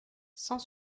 cent